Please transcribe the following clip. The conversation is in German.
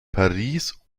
paris